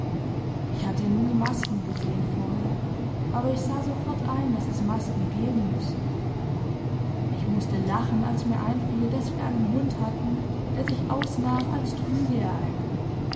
ich hatte nie masken gesehen vorher aber ich sah sofort ein daß es masken geben müsse ich mußte lachen als mir einfiel daß wir einen hund hatten der sich ausnahm als trüge er eine